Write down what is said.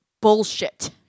bullshit